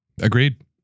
Agreed